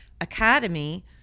Academy